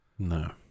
No